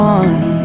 one